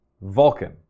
Vulcan